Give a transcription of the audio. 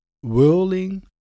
whirling